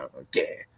okay